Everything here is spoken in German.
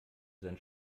sein